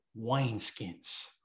wineskins